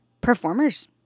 performers